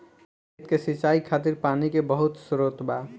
खेत के सिंचाई खातिर पानी के बहुत स्त्रोत बा